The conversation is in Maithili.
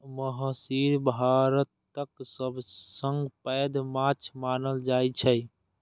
महसीर भारतक सबसं पैघ माछ मानल जाइ छै